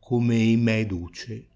com ei m è duce